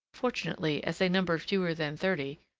fortunately, as they numbered fewer than thirty,